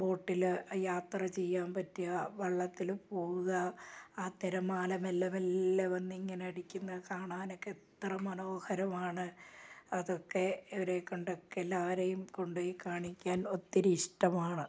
ബോട്ടിൽ യാത്ര ചെയ്യാൻ പറ്റുക വള്ളത്തിൽ പോകുക ആ തിരമാല മെല്ലെ മെല്ലെ വന്നിങ്ങനെ അടിക്കുന്നത് കാണാനൊക്കെ എത്ര മനോഹരമാണ് അതൊക്കെ ഇവരെ കൊണ്ട് ഒക്കെ എല്ലാവരെയും കൊണ്ട് പോയി കാണിക്കാൻ ഒത്തിരി ഇഷ്ടമാണ്